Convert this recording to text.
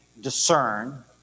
discern